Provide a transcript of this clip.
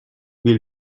will